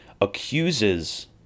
accuses